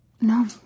No